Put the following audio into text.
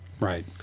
Right